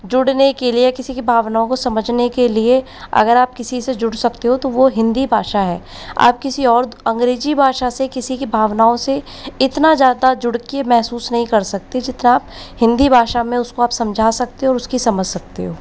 जुड़ने के लिए या किसी की भावनाओं को समझने के लिए अगर आप किसी से जुड़ सकते हो तो वो हिंदी भाषा है आप किसी और अंग्रेजी भाषा से किसी की भावनाओं से इतना ज़्यादा जुड़के महसूस नहीं कर सकते जितना आप हिंदी भाषा में उसको आप समझा सकते हो और उसकी समझ सकते हो